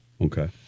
Okay